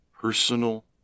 personal